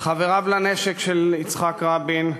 חבריו לנשק של יצחק רבין,